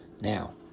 Now